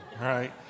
right